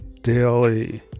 daily